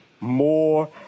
more